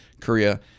korea